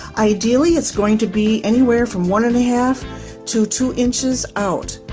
ideally it's going to be anywhere from one and a half to two inches out.